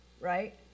right